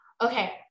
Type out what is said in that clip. Okay